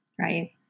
right